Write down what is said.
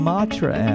Matra